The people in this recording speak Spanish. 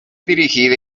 dirigida